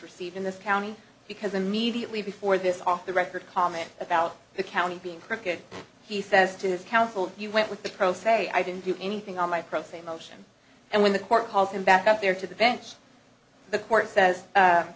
received in this county because immediately before this off the record comment about the county being crooked he says to his counsel you went with the pro se i didn't do anything on my profane motion and when the court calls him back out there to the bench the court says